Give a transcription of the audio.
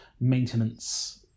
maintenance